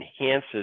enhances